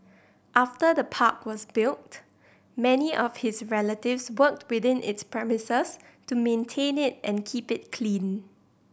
after the park was built many of his relatives worked within its premises to maintain it and keep it clean